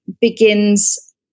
begins